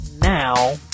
now